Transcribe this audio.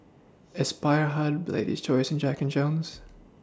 Aspire Hub Lady's Choice and Jack and Jones